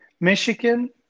Michigan